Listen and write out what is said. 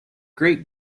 great